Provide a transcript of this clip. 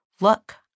look